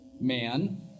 Man